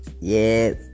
Yes